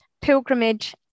Pilgrimage